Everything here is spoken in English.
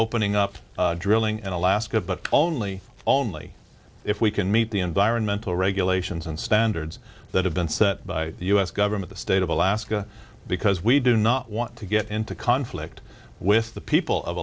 opening up drilling in alaska but only only if we can meet the environmental regulations and standards that have been set by the u s government the state of alaska because we do not want to get into conflict with the people of